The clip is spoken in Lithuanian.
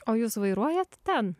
o jūs vairuojat ten